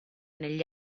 negli